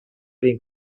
being